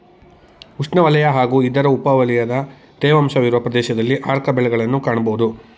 ಉಷ್ಣವಲಯ ಹಾಗೂ ಇದರ ಉಪವಲಯದ ತೇವಾಂಶವಿರುವ ಪ್ರದೇಶದಲ್ಲಿ ಆರ್ಕ ಬೆಳೆಗಳನ್ನ್ ಕಾಣ್ಬೋದು